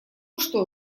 что